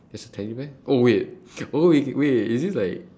there's a teddy bear oh wait oh wait wait is this like